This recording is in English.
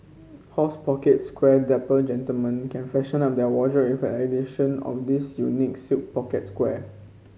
horse pocket square Dapper gentlemen can freshen up their wardrobe addition of this unique silk pocket square